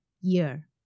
year